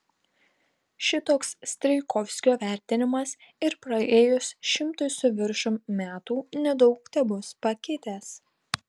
šitoks strijkovskio vertinimas ir praėjus šimtui su viršum metų nedaug tebus pakitęs